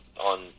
on